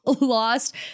lost